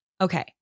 Okay